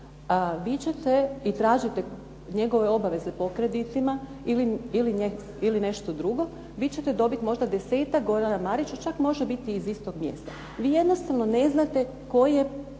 recimo, i tražite njegove obaveze po kreditima ili nešto drugo vi ćete dobiti možda desetak Gorana Marića. Čak može biti i iz istog mjesta. Vi jednostavno ne znate na